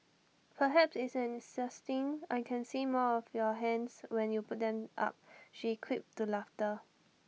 perhaps it's an succinct I can see more of your hands when you put them up she quipped to laughter